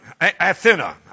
Athena